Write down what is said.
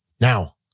Now